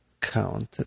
counted